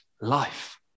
life